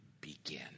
begin